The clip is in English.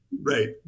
Right